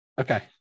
Okay